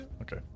Okay